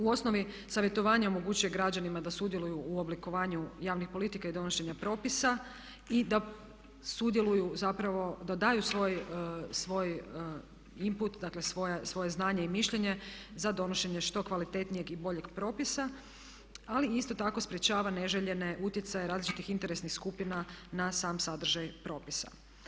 U osnovi savjetovanje omogućuje građanima da sudjeluju u oblikovanju javnih politika i donošenja propisa i da sudjeluju zapravo i daju svoj input, dakle svoje znanje i mišljenje za donošenje što kvalitetnijeg i boljeg propisa, ali isto tako sprječava neželjene utjecaje različitih interesnih skupina na sam sadržaj propisa.